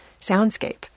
soundscape